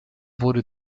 wurde